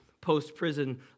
post-prison